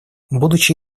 будучи